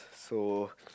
so